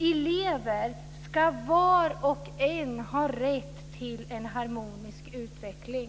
Elever ska var och en ha rätt till en harmonisk utveckling.